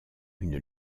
une